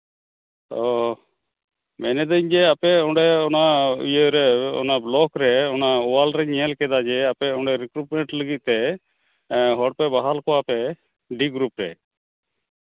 ᱚ ᱢᱮᱱᱮᱫᱟᱹᱧ ᱡᱮ ᱟᱯᱮ ᱚᱸᱰᱮ ᱱᱚᱣᱟ ᱤᱭᱟᱹᱨᱮ ᱚᱱᱟ ᱵᱞᱚᱠ ᱨᱮ ᱚᱱᱟ ᱳᱣᱟᱞ ᱨᱤᱧ ᱧᱮᱞ ᱠᱮᱫᱟ ᱡᱮ ᱟᱯᱮ ᱚᱸᱰᱮ ᱨᱤᱠᱨᱩᱴᱢᱮᱱᱴ ᱞᱟᱹᱜᱤᱫ ᱛᱮ ᱦᱚᱲ ᱯᱮ ᱵᱟᱦᱟᱞ ᱠᱚᱣᱟᱯᱮ ᱰᱤ ᱜᱨᱩᱯ ᱨᱮ